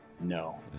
No